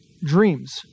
dreams